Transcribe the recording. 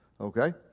Okay